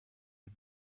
had